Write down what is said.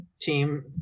team